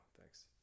Thanks